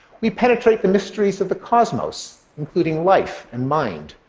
we penetrate the mysteries of the cosmos, including life and mind.